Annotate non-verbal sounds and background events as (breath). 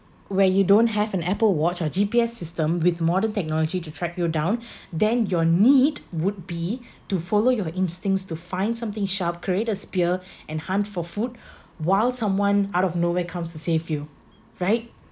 when you don't have an apple watch or G_P_S system with modern technology to track you down (breath) then your need would be to follow your instincts to find something sharp create a spear and hunt for food while someone out of nowhere comes to save you right